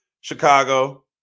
Chicago